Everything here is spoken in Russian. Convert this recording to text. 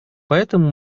поэтому